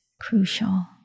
crucial